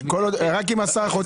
רק אם השר חותם.